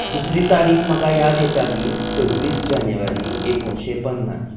दुसरी तारीक म्हाका याद येता ती सव्वीस जानेवारी एकोणशें पन्नास